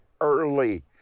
early